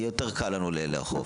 יותר קל לנו לאכוף.